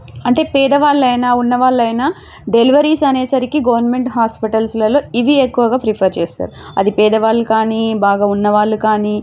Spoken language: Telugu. అంటే పేద వాళ్ళైనా ఉన్న వాళ్ళైనా డెలివరీస్ అనే సరికి గవర్నమెంట్ హాస్పిటల్స్లలో ఇవి ఎక్కువగా ప్రిఫర్ చేస్తారు అది పేదవాళ్ళు కానీ బాగా ఉన్నవాళ్ళు కానీ